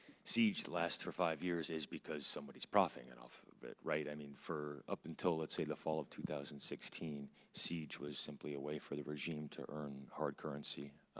siege last for five years is because somebody's profiting and off of it, right? i mean, for up until let's say the fall of two thousand and sixteen, siege was simply a way for the regime to earn hard currency